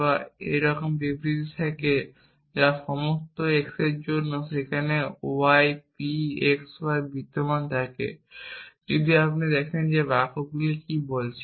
বা এইরকম বিবৃতি থাকে সব x এর জন্য সেখানে y p x y বিদ্যমান থাকে যদি আপনি দেখেন যে বাক্যগুলি কী বলছে